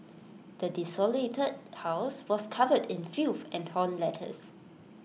the desolated house was covered in filth and torn letters